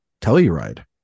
Telluride